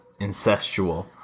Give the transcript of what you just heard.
incestual